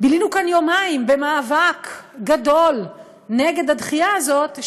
בילינו כאן יומיים במאבק גדול נגד הדחייה הזאת,